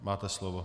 Máte slovo.